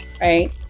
right